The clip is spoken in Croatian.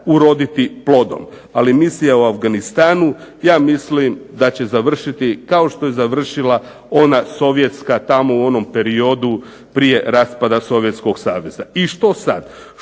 uroditi plodom, ali misija u Afganistanu da će završiti kao što je završila ona sovjetska tamo u onom periodu prije raspada Sovjetskog sada. I što sada?